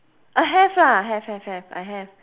I have lah have have have I have